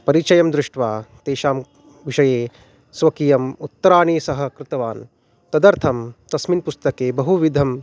परिचयं दृष्ट्वा तेषां विषये स्वकीयम् उत्तराणि सह कृतवान् तदर्थं तस्मिन् पुस्तके बहुविधानि